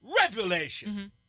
Revelation